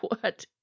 What